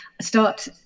start